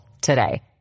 today